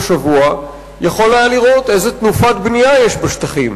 השבוע יכול היה לראות איזו תנופת בנייה יש בשטחים,